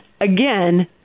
Again